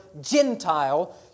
Gentile